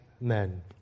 men